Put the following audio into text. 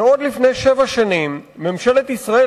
לפני שבע שנים ממשלת ישראל,